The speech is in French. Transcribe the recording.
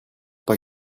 pas